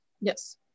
Yes